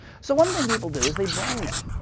so one thing people do is they brine it.